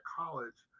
college